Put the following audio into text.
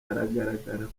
aragaragara